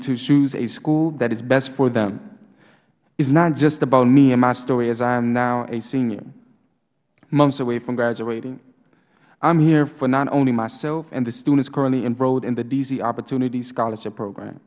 to choose a school that is best for them it is not just about me and my story as i am now a senior months away from graduating i am here for not only myself and the students currently enrolled in the d c opportunity scholarship program